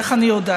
איך אני יודעת?